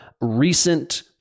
recent